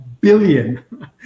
billion